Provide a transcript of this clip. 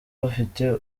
bafite